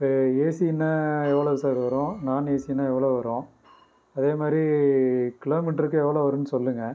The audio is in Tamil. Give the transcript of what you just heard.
இப்போ ஏசினா எவ்வளோ சார் வரும் நான் ஏசினா எவ்வளோ வரும் அதே மாதிரி கிலோமீட்டருக்கு எவ்வளோ வரும்னு சொல்லுங்க